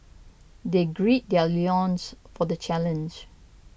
they gird their loins for the challenge